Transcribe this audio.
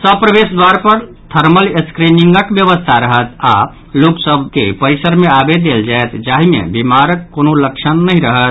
सभ प्रवेश द्वार पर थर्मल स्क्रीनिंगक व्यवस्था रहत आओर ओ लोक सभ के परिसर मे आबय देल जायत जाहि मे बीमारीक कोनो लक्षण नहि रहत